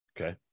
Okay